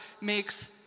makes